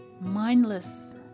mindless